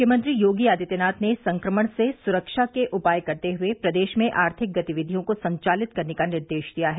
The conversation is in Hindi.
मुख्यमंत्री योगी आदित्यनाथ ने संक्रमण से सुरक्षा के उपाय करते हुए प्रदेश में आर्थिक गतिविधियों को संचालित करने का निर्देश दिया है